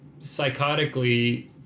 psychotically